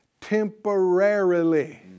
temporarily